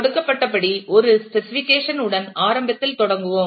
கொடுக்கப்பட்டபடி ஒரு ஸ்பெசிஃபிகேஷன் உடன் ஆரம்பத்தில் தொடங்குவோம்